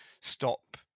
stop